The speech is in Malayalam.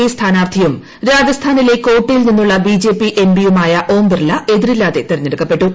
എ സ്ഥാനാർത്ഥിയും രാജസ്ഥാനിലെ കോട്ടയിൽ നിന്നുള്ള ബി ജെ പി എം പിയുമായ ഓം ബിർള എതിരില്ലാതെ തെരഞ്ഞെടുക്കപ്പെട്ടു